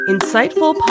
Insightful